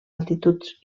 altituds